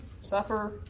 suffer